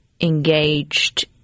engaged